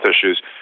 issues